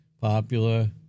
popular